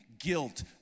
guilt